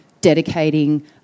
dedicating